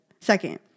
second